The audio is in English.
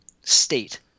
state